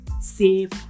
save